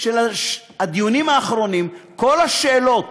של הדיונים האחרונים, כל השאלות